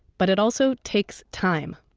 but it also takes time.